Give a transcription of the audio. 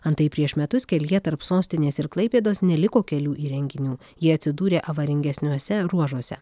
antai prieš metus kelyje tarp sostinės ir klaipėdos neliko kelių įrenginių jie atsidūrė avaringesniuose ruožuose